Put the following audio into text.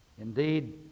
Indeed